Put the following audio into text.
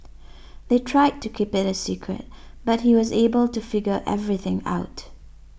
they tried to keep it a secret but he was able to figure everything out